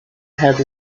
had